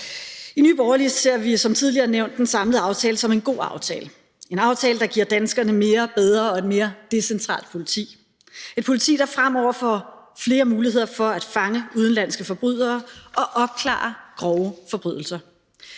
I Nye Borgerlige ser vi som tidligere nævnt den samlede aftale som en god aftale – en aftale, der giver danskerne mere og et bedre og mere decentralt politi, et politi, der fremover får flere muligheder for at fange udenlandske forbrydere og opklare grove forbrydelser.